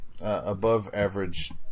above-average